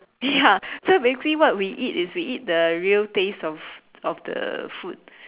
ya so basically what we eat is we eat the real taste of of the food